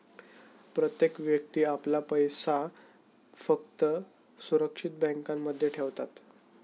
प्रत्येक व्यक्ती आपला पैसा फक्त सुरक्षित बँकांमध्ये ठेवतात